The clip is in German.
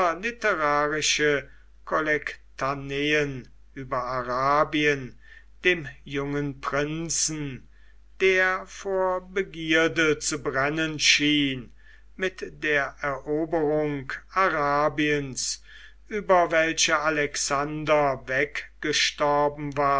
literarische kollektaneen über arabien dem jungen prinzen der vor begierde zu brennen schien mit der eroberung arabiens über welche alexander weggestorben war